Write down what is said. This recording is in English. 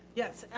yes,